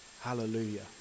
hallelujah